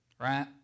Right